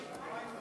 נעולה.